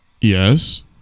yes